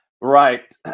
Right